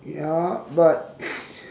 ya but